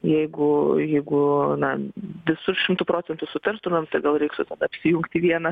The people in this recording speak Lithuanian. jeigu jeigu na visu šimtu procentų sutartumėm tai gal reiktų tada apsijungt į vieną